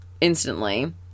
instantly